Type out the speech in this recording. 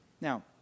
Now